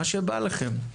מה שבא לכם.